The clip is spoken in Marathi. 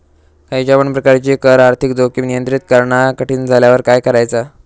खयच्या पण प्रकारची कर आर्थिक जोखीम नियंत्रित करणा कठीण झाल्यावर काय करायचा?